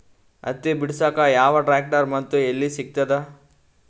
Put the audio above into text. ಹತ್ತಿ ಬಿಡಸಕ್ ಯಾವ ಟ್ರ್ಯಾಕ್ಟರ್ ಮತ್ತು ಎಲ್ಲಿ ಸಿಗತದ?